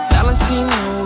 Valentino